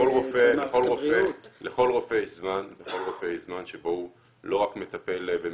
לכל רופא יש זמן שבו הוא לא רק מטפל במטופלים.